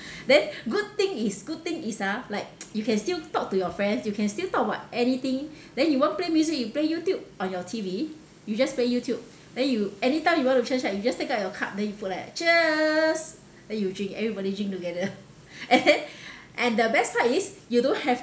then good thing is good thing is ah like you can still talk to your friends you can still talk about anything then you want play music you play youtube on your T_V you just play youtube then you anytime you want to cheers right you just take out your cup then you put like cheers then you drink everybody drink together and then and the best part is you don't have